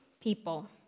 people